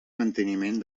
manteniment